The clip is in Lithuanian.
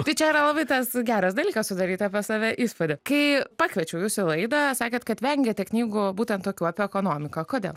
tai čia yra labai tas geras dalykas sudaryt apie save įspūdį kai pakviečiau jus į laidą sakėt kad vengiate knygų būtent tokių apie ekonomiką kodėl